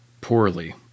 poorly